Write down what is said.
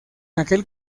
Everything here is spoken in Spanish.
aquel